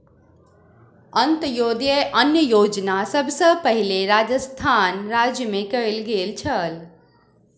अन्त्योदय अन्न योजना सभ सॅ पहिल राजस्थान राज्य मे कयल गेल छल